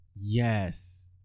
Yes